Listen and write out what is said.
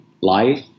life